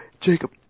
Jacob